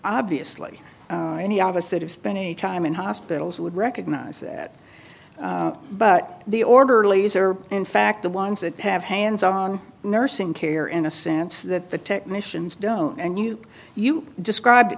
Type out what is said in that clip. obviously any opposite of spending time in hospitals would recognise that but the orderly is there in fact the ones that have hands on nursing care in a sense that the technicians don't and you you describe it